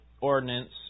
ordinance